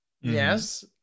Yes